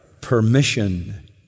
permission